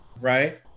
right